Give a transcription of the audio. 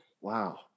Wow